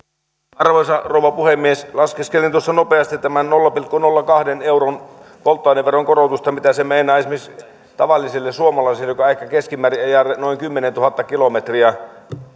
arvoisa rouva puhemies laskeskelin tuossa nopeasti tämän nolla pilkku nolla kaksi euron polttoaineveron korotusta mitä se meinaisi tavalliselle suomalaiselle joka ehkä keskimäärin ajelee noin kymmenentuhatta kilometriä